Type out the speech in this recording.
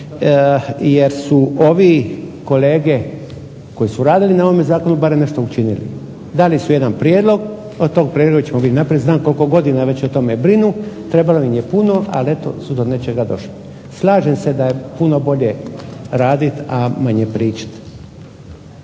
jer su ovi kolege koji su radili na ovome zakonu barem nešto učinili. Dali su jedan prijedlog … /Govornik se ne razumije./… znam koliko godina već o tome brinu, trebalo im je puno, ali eto su do nečega došli. Slažem se da je puno bolje raditi, a manje pričati.